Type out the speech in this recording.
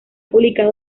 publicado